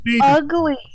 ugly